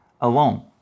alone